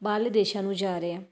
ਬਾਹਰਲੇ ਦੇਸ਼ਾਂ ਨੂੰ ਜਾ ਰਹੇ ਆ